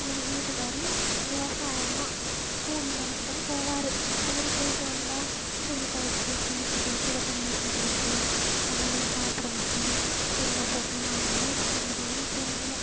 எங்கள் வீட்டுக்காரரும் விவசாயம் தான் கூலி வேலைக்கு தான் போவார் அவர் போயிட்டு வந்தால் துணி தொவைச்சிட்டு குளிச்சிட்டு சுடு தண்ணி வச்சுக் கொடுத்து அவங்கள சாப்பிட வச்சு தூங்க போட்டு நாங்களும் அதுக்கு அப்புறமேட்டுக்கு தான் தூங்கணும்